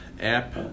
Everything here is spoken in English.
app